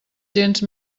gens